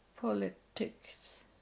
politics